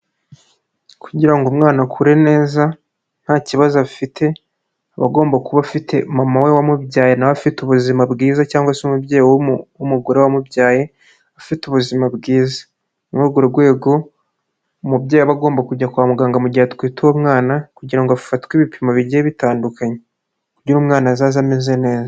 Kugira umwana akure neza nta kibazo afite aba agomba kuba afite mama we wamubyaye na we afite ubuzima bwiza cyangwa se umubyeyi w'umugore wamubyaye afite ubuzima bwiza, ni muri urwo rwego umubyeyi aba agomba kujya kwa muganga mu gihe atwite uwo mwana kugira ngo afatwe ibipimo bigiye bitandukanye, kugira umwana azaze ameze neza.